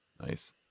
nice